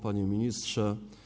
Panie Ministrze!